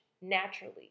naturally